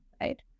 right